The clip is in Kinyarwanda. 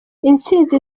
intsinzi